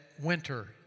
winter